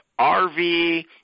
RV